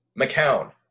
McCown